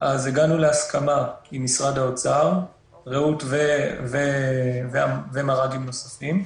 הגענו להסכמה עם משרד האוצר "רעות" ומרל"גים נוספים,